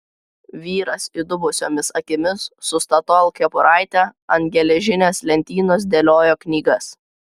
vyras įdubusiomis akimis su statoil kepuraite ant geležinės lentynos dėliojo knygas